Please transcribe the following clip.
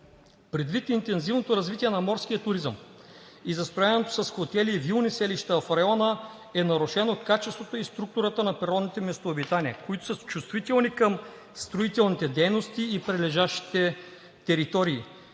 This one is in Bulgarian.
„Предвид интензивното развитие на морския туризъм и застрояването с хотели и вилни селища в района е нарушено качеството и структурата на природните местообитания, които са чувствителни към строителните дейности в прилежащите територии,